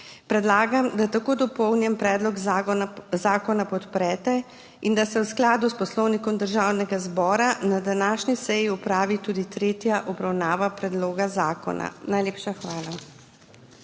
Predlagam, da tako dopolnjeni predlog zakona podprete in da se v skladu s Poslovnikom Državnega zbora na današnji seji opravi tudi tretja obravnava predloga zakona. Najlepša hvala.